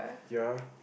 ya